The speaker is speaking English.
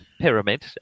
pyramid